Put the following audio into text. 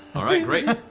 all right, great!